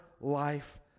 life